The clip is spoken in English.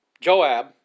Joab